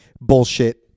bullshit